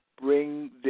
bring